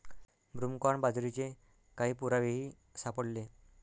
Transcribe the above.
broomcorn बाजरीचे काही पुरावेही सापडले